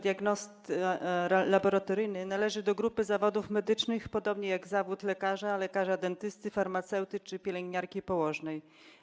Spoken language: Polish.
Diagnosta laboratoryjny należy do grupy zawodów medycznych, podobnie jak zawód lekarza, lekarza dentysty, farmaceuty czy pielęgniarki i położnej.